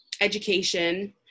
Education